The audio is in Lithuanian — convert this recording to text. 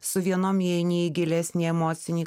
su vienom įeini į gilesnį emocinį